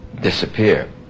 disappear